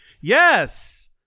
yes